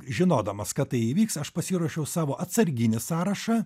žinodamas kad tai įvyks aš pasiruošiau savo atsarginį sąrašą